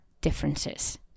differences